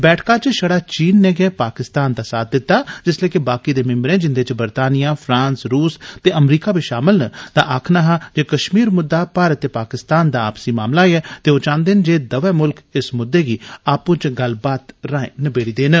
बैठका च शंड़ा चीन नै पाकिस्तान दा साथ दिता जिसलै कि बाकी दे मिम्बरें जिन्दे च बरतानिया फ्रांस रुस ते अमरीका शामल न दा आक्खना हा जे कश्मीर म्द्दा भारत ते पाकिस्तान दा आपसी मामला ऐ ते ओ चाहंदे न जे दवै म्ल्ख इस मुद्दे गी आंपू चै गल्लबात राए नबेड़न